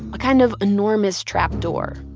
a kind of enormous trapdoor.